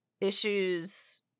issues